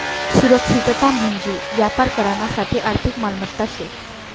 सुरक्षितता म्हंजी व्यापार करानासाठे आर्थिक मालमत्ता शे